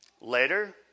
Later